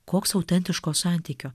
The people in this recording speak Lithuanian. koks autentiško santykio